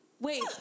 wait